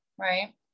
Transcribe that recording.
right